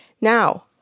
Now